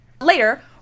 Later